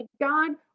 god